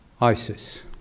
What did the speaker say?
ISIS